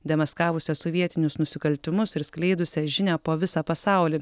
demaskavusią sovietinius nusikaltimus ir skleidusią žinią po visą pasaulį